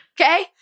Okay